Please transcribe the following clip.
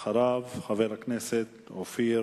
אחריו, חבר הכנסת אופיר